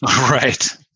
Right